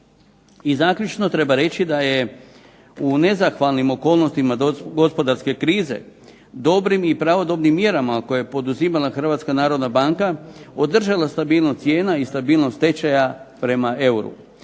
I zaključno treba reći da je u nezahvalnim okoLnostima gospodarske krize dobrim i pravodobnim mjerama koje je poduzimala HNB-a održala stabilnost cijena i stabilnost tečaja prema euru.